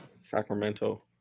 Sacramento